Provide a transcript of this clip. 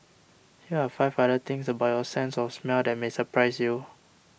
here are five other things about your sense of smell that may surprise you